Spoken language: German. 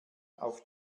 auf